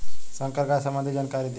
संकर गाय सबंधी जानकारी दी?